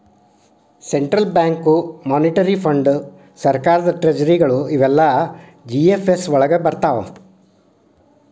central bank, monetary ಫಂಡ್.ಸರ್ಕಾರದ್ ಟ್ರೆಜರಿಗಳು ಇವೆಲ್ಲಾ ಜಿ.ಎಫ್.ಎಸ್ ವಳಗ್ ಬರ್ರ್ತಾವ